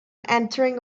entering